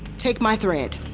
take my thread.